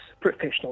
professional